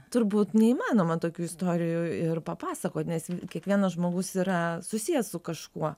turbūt neįmanoma tokių istorijų ir papasakot nes kiekvienas žmogus yra susijęs su kažkuo